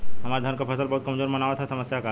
हमरे धान क फसल बहुत कमजोर मनावत ह समस्या का ह?